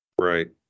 Right